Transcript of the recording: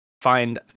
find